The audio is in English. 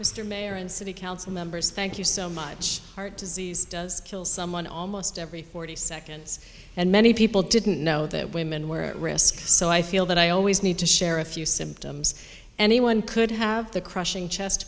mr mayor and city council members thank you so much heart disease does kill someone almost every forty seconds and many people didn't know that women wear risk so i feel that i always need to share a few symptoms anyone could have the crushing chest